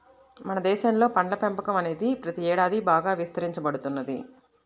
మన దేశంలో పండ్ల పెంపకం అనేది ప్రతి ఏడాది బాగా విస్తరించబడుతున్నది